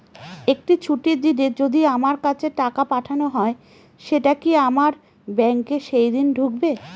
একটি ছুটির দিনে যদি আমার কাছে টাকা পাঠানো হয় সেটা কি আমার ব্যাংকে সেইদিন ঢুকবে?